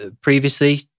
previously